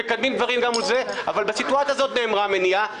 אבל בסיטואציה הזו נאמרה מניעה.